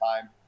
time